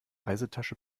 reisetasche